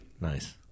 Nice